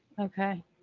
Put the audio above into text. okay